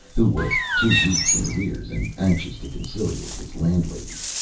who was two weeks in arrears, and anxious to conciliate his landlady.